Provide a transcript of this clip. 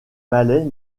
malais